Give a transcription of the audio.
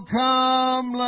come